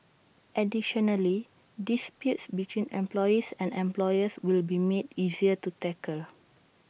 additionally disputes between employees and employers will be made easier to tackle